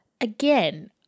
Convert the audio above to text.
again